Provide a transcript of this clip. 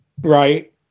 Right